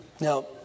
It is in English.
Now